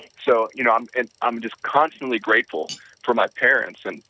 so, you know i'm and i'm just constantly grateful for my parents and